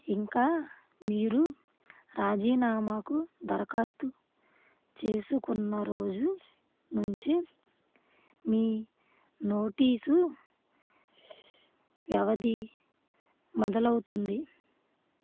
ఇంకా మీరు రాజీనామాకు దరఖాస్తు చేసుకున్న రోజు నుంచి మీ నోటీసు వ్యవధి మొదలౌతుంది